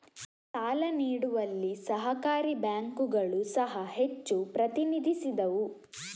ಸಾಲ ನೀಡುವಲ್ಲಿ ಸಹಕಾರಿ ಬ್ಯಾಂಕುಗಳು ಸಹ ಹೆಚ್ಚು ಪ್ರತಿನಿಧಿಸಿದವು